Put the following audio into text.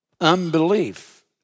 Unbelief